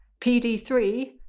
PD3